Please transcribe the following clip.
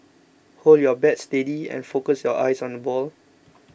hold your bat steady and focus your eyes on the ball